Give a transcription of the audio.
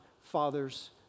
father's